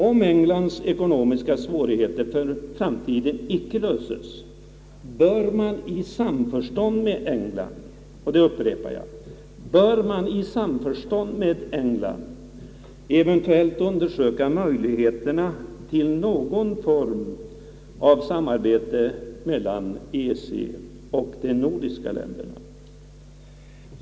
Om Englands ekonomiska svårigheter icke bemästras, bör man i samförstånd med England — jag upprepar: i samförstånd med England — eventuellt undersöka möjligheterna till någon form av samarbete mellan EEC och de nordiska länderna.